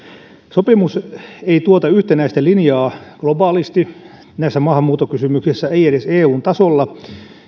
sopimus ei tuota yhtenäistä linjaa globaalisti näissä maahanmuuttokysymyksissä ei edes eun tasolla